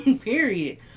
Period